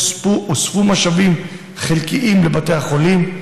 והוספו משאבים חלקיים לבתי החולים,